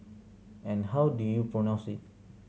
and how do you pronounce it